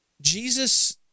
Jesus